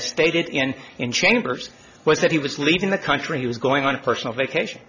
stated in in chambers was that he was leaving the country he was going on a personal vacation